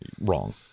Wrong